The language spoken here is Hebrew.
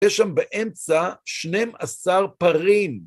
יש שם באמצע 12 פרים.